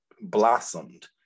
blossomed